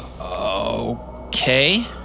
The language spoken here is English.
Okay